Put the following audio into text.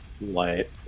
light